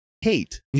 hate